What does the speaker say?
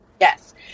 Yes